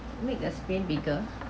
make the screen bigger